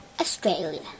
Australia